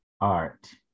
art